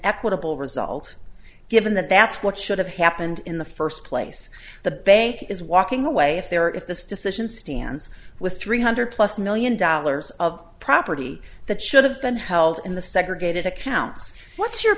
equitable result given that that's what should have happened in the first place the bank is walking away if they're if this decision stands with three hundred plus million dollars of property that should have been held in the segregated accounts what's your